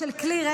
כמו